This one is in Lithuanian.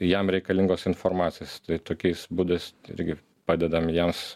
jam reikalingos informacijos tokiais būdais irgi padedam jiems